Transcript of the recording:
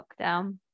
lockdown